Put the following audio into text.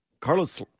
Carlos